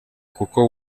kuko